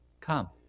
come